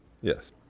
Yes